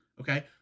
okay